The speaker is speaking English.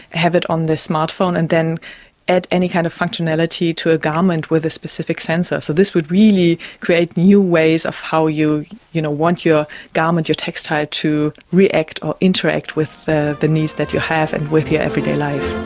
have it on their smartphone and then add any kind of functionality to a garment with a specific sensor. so this would really create new ways of how you you know want your garment, your textile, to react or interact with the the needs that you have and with your everyday life.